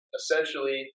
essentially